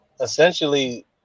essentially